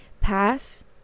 pass